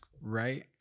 right